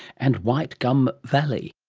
and white gum valley.